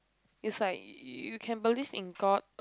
it's like you can believe in god